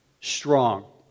Strong